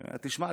היא אומרת: תשמע,